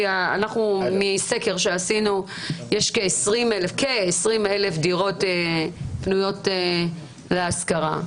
מסקר שעשינו יש בשוק הפרטי כ-20,000 דירות פנויות להשכרה.